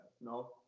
No